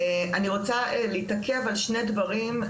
אני רוצה להתעכב על שני דברים,